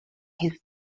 his